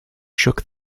shook